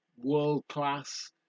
world-class